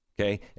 Okay